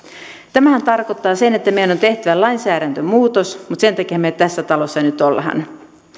tämä tarkoittaa sitä että meidän on tehtävä lainsäädäntömuutos mutta sen takiahan me tässä talossa nyt olemme